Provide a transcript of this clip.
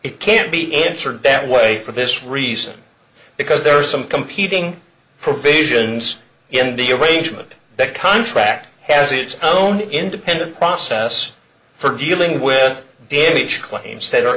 it can't be answered that way for this reason because there are some competing for vision's in the arrangement that contract has its own independent process for dealing with damage claims that are